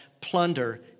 plunder